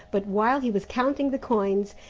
but while he was counting the coins,